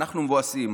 אנחנו מבואסים,